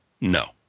No